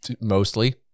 Mostly